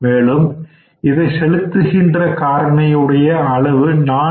மேலும் இதை செலுத்துகின்ற காரணியினுடைய அளவு 4